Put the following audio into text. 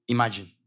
Imagine